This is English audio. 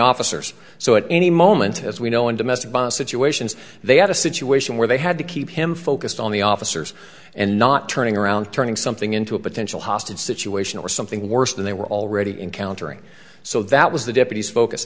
officers so at any moment as we know in domestic situations they had a situation where they had to keep him focused on the officers and not turning around turning something into a potential hostage situation or something worse than they were already in countering so that was the deputy's focus